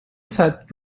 sat